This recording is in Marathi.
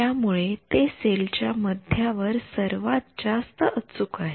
त्यामुळे ते सेल च्या मध्यावर सर्वात जास्त अचूक आहे